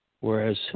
Whereas